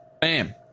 Bam